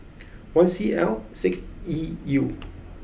one C L six E U